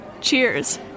Cheers